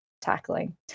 tackling